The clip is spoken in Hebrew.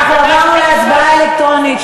אנחנו עברנו להצבעה אלקטרונית.